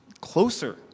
closer